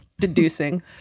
deducing